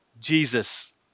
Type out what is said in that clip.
Jesus